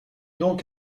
donc